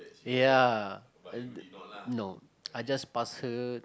ya and no I just pass her